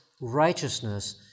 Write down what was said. righteousness